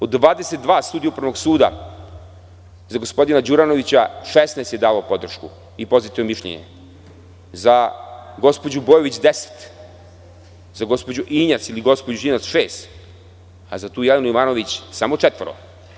Od 22 sudije Upravnog suda za gospodina Đuranovića 16 je dalo podršku i pozitivno mišljenje, za gospođu Bojović deset, za gospođu Injac šest, a za tu Jelenu Jovanović samo četvoro.